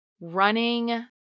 Running